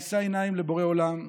נישא עיניים לבורא עולם,